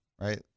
Right